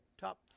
Top